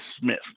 Smith